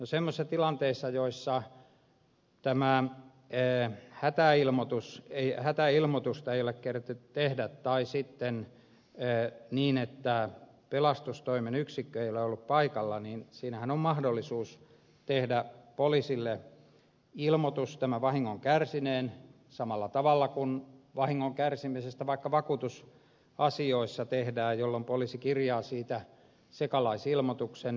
semmoisissa tilanteissahan joissa hätäilmoitusta ei ole keritty tehdä tai sitten pelastustoimen yksikkö ei ole ollut paikalla on mahdollisuus tämän vahingon kärsineen tehdä poliisille ilmoitus samalla tavalla kuin vahingon kärsimisestä vaikka vakuutusasioissa tehdään jolloin poliisi kirjaa siitä sekalaisilmoituksen